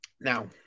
Now